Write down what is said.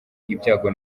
ibyago